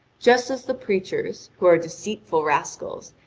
just as the preachers, who are deceitful rascals,